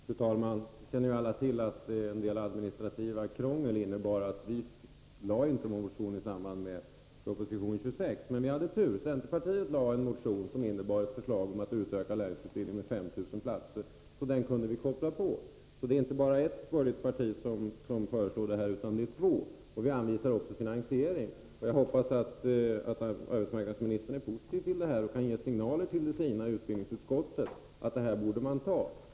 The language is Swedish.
Fru talman! Alla känner ju till att en del administrativt krångel ledde till att vi moderater inte lade fram någon motion i samband med proposition 26. Men vi hade tur. Centerpartiet väckte en motion som innehöll ett förslag om att utöka lärlingsutbildningen med 5 000 platser, så vi kunde koppla på den. Det är alltså inte bara ett borgerligt parti som föreslår detta, utan det är två. Vi anvisar också finansiering. Jag hoppas att arbetsmarknadsministern är positiv till detta förslag och kan ge signaler till de sina i utbildningsutskottet att de bör anta det moderata förslaget.